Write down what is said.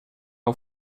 och